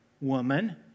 woman